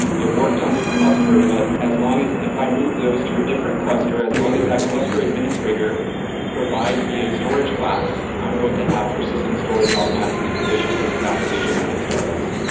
it worked on this cluster, but as long as if i move those to a different cluster, as long as that cluster administrator provides me a storage class, i'm going to have persistent storage automatically provisioned for this application when it starts.